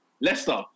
Leicester